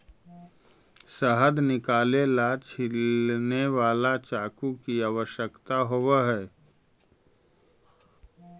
शहद निकाले ला छिलने वाला चाकू की आवश्यकता होवअ हई